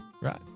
Right